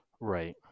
Right